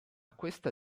questa